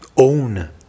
own